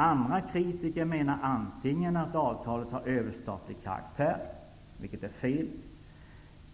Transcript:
Andra kritiker menar antingen att avtalet har överstatlig karaktär, vilket är fel,